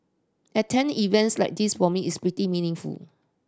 attend events like this for me is pretty meaningful